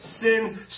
sin